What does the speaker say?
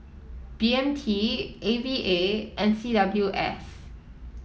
B M T A V A and C W S